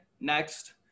next